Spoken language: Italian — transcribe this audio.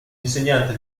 insegnante